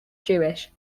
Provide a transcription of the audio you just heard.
jewish